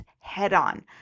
head-on